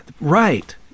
Right